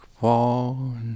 fall